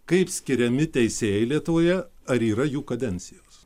kaip skiriami teisėjai lietuvoje ar yra jų kadencijos